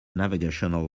navigational